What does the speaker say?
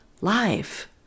life